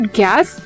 gas